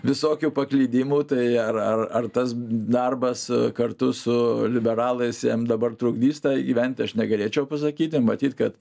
visokių paklydimų tai ar ar ar tas darbas kartu su liberalais jam dabar trukdys tą įgyvent aš negalėčiau pasakyti matyt kad